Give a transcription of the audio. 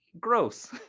Gross